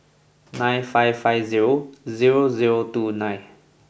nine five five zero zero zero two nine